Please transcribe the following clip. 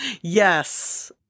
Yes